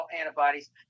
antibodies